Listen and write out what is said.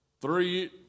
Three